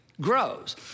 grows